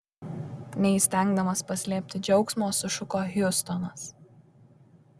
neįstengdamas paslėpti džiaugsmo sušuko hiustonas